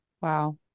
Wow